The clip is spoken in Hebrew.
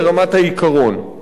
ברמת העיקרון.